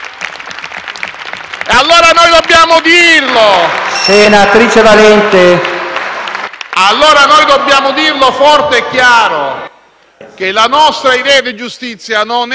*(M5S)*. Dobbiamo dirle forte e chiaro che la nostra idea di giustizia non è la vostra!